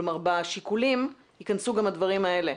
כלומר, בשיקולים ייכנסו גם הדברים האלה.